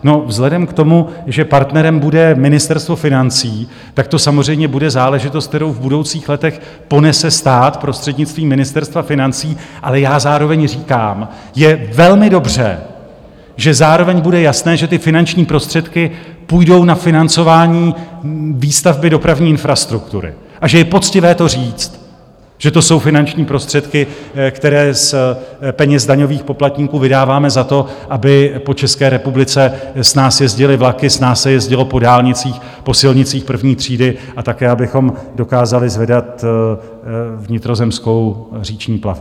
No, vzhledem k tomu, že partnerem bude Ministerstvo financí, tak to samozřejmě bude záležitost, kterou v budoucích letech ponese stát prostřednictvím Ministerstva financí, ale já zároveň říkám: je velmi dobře, že zároveň bude jasné, že ty finanční prostředky půjdou na financování výstavby dopravní infrastruktury a že je poctivé to říct, že to jsou finanční prostředky, které z peněz daňových poplatníků vydáváme za to, aby po České republice snáz jezdily vlaky, snáz se jezdilo po dálnicích, po silnicích první třídy a také abychom dokázali zvedat vnitrozemskou říční plavbu.